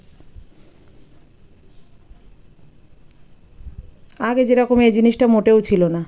আগে যেরকম এই জিনিসটা মোটেও ছিল না